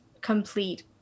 complete